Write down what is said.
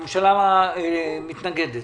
הממשלה מתנגדת.